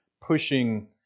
pushing